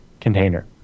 container